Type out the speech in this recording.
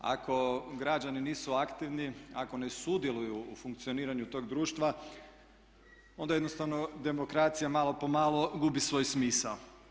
Ako građani nisu aktivni, ako ne sudjeluju u funkcioniranju tog društva onda jednostavno demokracija malo po malo gubi svoj smisao.